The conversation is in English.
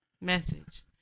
message